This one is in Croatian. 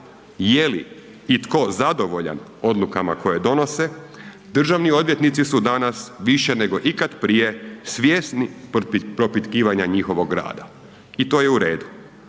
je li i tko zadovoljan odlukama koje donose državni odvjetnici su danas više nego ikad prije svjesni propitkivanja njihovog rada. I to je u redu.